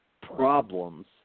problems